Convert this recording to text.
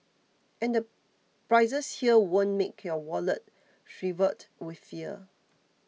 and the prices here won't make your wallet shrivelled with fear